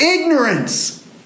ignorance